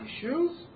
shoes